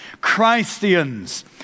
Christians